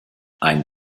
ein